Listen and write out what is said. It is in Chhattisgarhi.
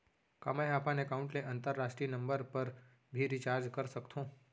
का मै ह अपन एकाउंट ले अंतरराष्ट्रीय नंबर पर भी रिचार्ज कर सकथो